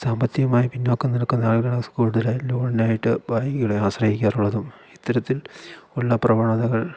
സാമ്പത്തികമായി പിന്നോക്കം നിൽക്കുന്ന ആളുടെ കൂടുതലായും ലോണിനായിട്ട് ബാങ്കുകളെ ആശ്രയിക്കാറുള്ളതും ഇത്തരത്തിൽ ഉള്ള പ്രവണതകൾ